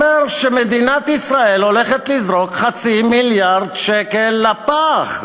אומר שמדינת ישראל הולכת לזרוק חצי מיליארד שקל לפח.